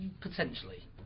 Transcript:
potentially